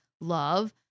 love